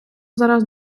зараз